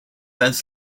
says